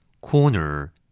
corner